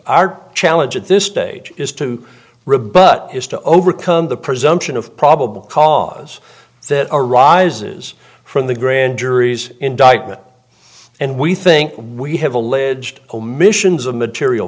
our challenge at this stage is to rebut is to overcome the presumption of probable cause that arises from the grand jury's indictment and we think we have alleged omissions a material